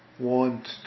want